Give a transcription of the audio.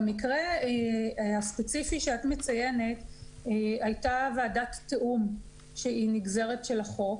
במקרה הספציפי שאת מציינת הייתה ועדת תיאום שהיא נגזרת של החוק,